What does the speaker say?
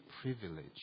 privilege